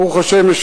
ברוך השם,